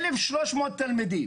1,300 תלמידים.